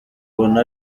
ubona